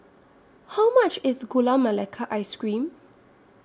How much IS Gula Melaka Ice Cream